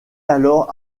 alors